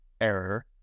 error